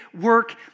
work